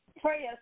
prayers